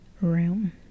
room